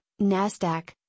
NASDAQ